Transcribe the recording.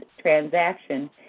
transaction